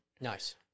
Nice